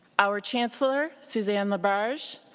our chancellor suzanne labarge.